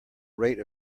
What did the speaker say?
rate